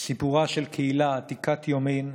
סיפורה של קהילה עתיקת יומין,